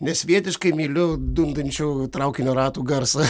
nesvietiškai myliu dundančių traukinio ratų garsą